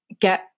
get